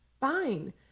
fine